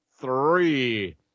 three